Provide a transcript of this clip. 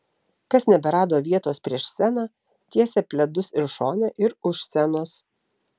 kas neberado vietos prieš sceną tiesė pledus ir šone ir už scenos